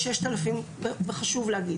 חשוב.